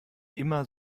immer